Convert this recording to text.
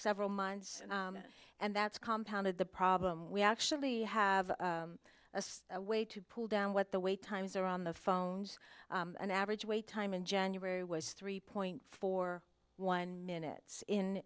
several months and that's compound of the problem we actually have a way to pull down what the wait times are on the phones an average wait time in january was three point four one minutes in